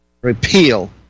repeal